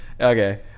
Okay